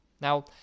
Now